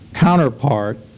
counterpart